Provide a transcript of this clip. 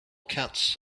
cats